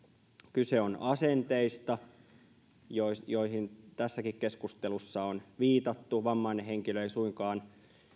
kyse on asenteista joihin joihin tässäkin keskustelussa on viitattu vammainen henkilö ei suinkaan